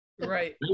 Right